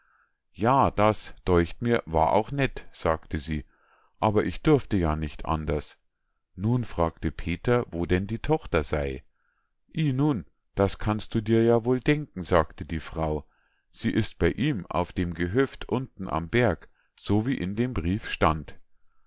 ja das däucht mir war auch nett sagte sie aber ich durfte ja nicht anders nun fragte peter wo denn die tochter sei ih nun das kannst du dir ja wohl denken sagte die frau sie ist bei ihm auf dem gehöft unten am berg so wie in dem brief stand